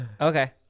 Okay